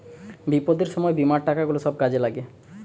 বিপদের সময় বীমার টাকা গুলা সব কাজে লাগে